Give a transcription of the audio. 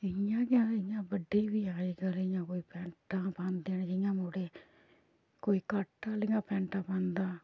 इ'यां गै इ'यां बड्डे बी अज्जकल इ'यां कोई पैन्टां पांदे न जियां मुड़े कोई कट आह्लियां पैन्टां पांदा